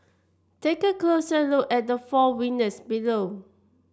take a closer look at the four winners below